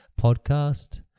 podcast